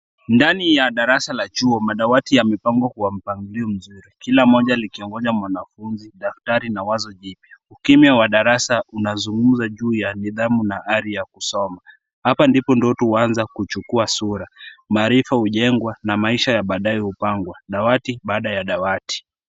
Ndani ya darasa la chuo madawati yamepangwa kwa mpangilio mzuri. Kila mmoja likiongoja mwanafunzi, daftari na wazi jipya. Ukimya wa darasa unazungumza juu ya nidhamu na ari ya kusoma. Hapa ndipo ndoto huanza kuchukua sura. Maarifa hujengwa na maisha ya baadaye hupangwa dawati baada ya dawati.